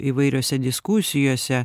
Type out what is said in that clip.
įvairiose diskusijose